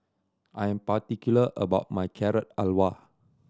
I am particular about my Carrot Halwa